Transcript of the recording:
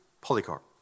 Polycarp